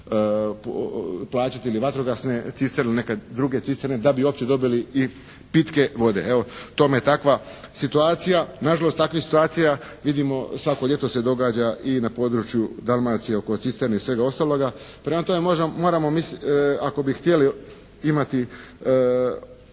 plaćati ili vatrogasne cisterne ili neke druge cisterne da bi uopće dobili i pitke vode. Evo, tome je takva situacija. Na žalost, takvih situacija vidimo svako ljeto se događa i na području Dalmacije oko cisterni i svega ostaloga. Prema tome, ako bi htjeli imati